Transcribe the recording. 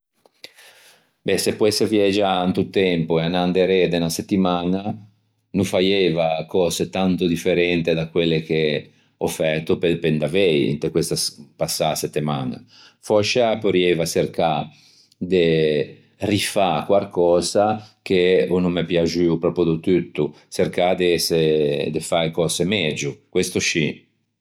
Ben se poesse viagiâ into tempo e anâ inderê de unna settemaña no faieiva cöse tanto differente da quelle che ò fæto pe in davei inte questa passâ settemaña. Fòscia porrieiva çercâ de rifâ quarcösa che o no m'é piaxuo pròpio do tutto çercâ de ëse çercâ de fâ e cöse megio, questo scì.